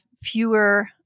fewer